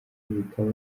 bikaba